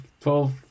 twelve